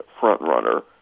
frontrunner